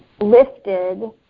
lifted